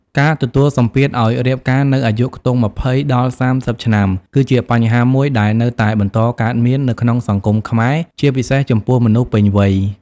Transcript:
ការទទួលសម្ពាធឲ្យរៀបការនៅអាយុខ្ទង់ ២០ ដល់ ៣០ ឆ្នាំ គឺជាបញ្ហាមួយដែលនៅតែបន្តកើតមាននៅក្នុងសង្គមខ្មែរ ជាពិសេសចំពោះមនុស្សពេញវ័យ។